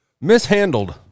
mishandled